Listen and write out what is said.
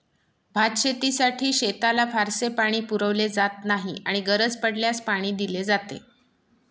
भातशेतीसाठी शेताला फारसे पाणी पुरवले जात नाही आणि गरज पडल्यास पाणी दिले जाते